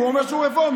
הוא אומר שהוא רפורמי.